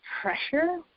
pressure